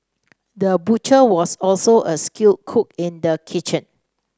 the butcher was also a skilled cook in the kitchen